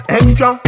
extra